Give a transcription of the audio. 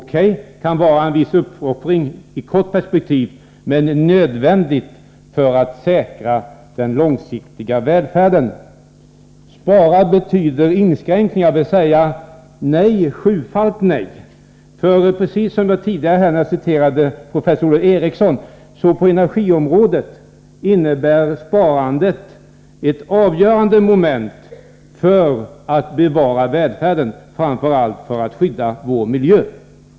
— det kan innebära en viss uppoffring i kort perspektiv, men det är nödvändigt för att säkra den långsiktiga välfärden. Men nu får vi höra av Nic Grönvall att sparande betyder inskränkningar. Jag säger nej — sjufalt nej. Precis som tidigare när jag citerade professor Olof Eriksson vill jag nu framhålla att sparandet är ett avgörande moment i strävandena att bevara välfärden och framför allt för att skydda vår miljö.